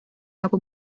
nagu